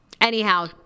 Anyhow